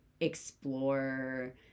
explore